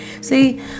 See